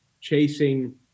chasing